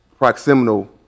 proximal